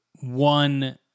one-